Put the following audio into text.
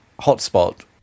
hotspot